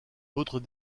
d’autres